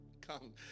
come